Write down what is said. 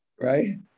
right